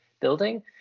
building